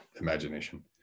imagination